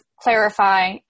clarify